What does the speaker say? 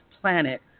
planet